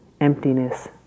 emptiness